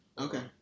Okay